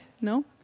No